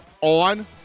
on